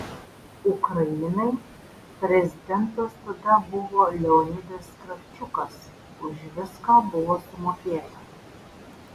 ukrainai prezidentas tada buvo leonidas kravčiukas už viską buvo sumokėta